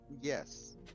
Yes